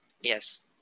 Yes